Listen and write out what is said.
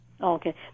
Okay